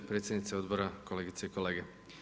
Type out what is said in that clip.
Predsjednici odbora, kolegice i kolege.